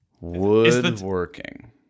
Woodworking